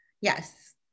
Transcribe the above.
yes